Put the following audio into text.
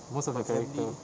most of the practical